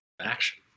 Action